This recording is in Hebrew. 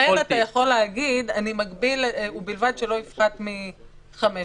אתה צריך לדעת שיש בפועל